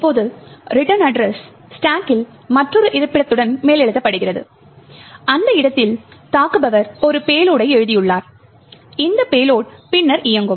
இப்போது return address ஸ்டாக்கில் மற்றொரு இருப்பிடத்துடன் மேலெழுதப்படுகிறது அந்த இடத்தில் தாக்குபவர் ஒரு பேலோடை எழுதியுள்ளார் இந்த பேலோட் பின்னர் இயக்கும்